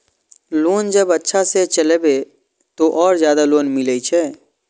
Loan जब अच्छा से चलेबे तो और ज्यादा लोन मिले छै?